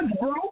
bro